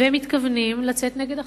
והם מתכוונים לצאת נגד החוק,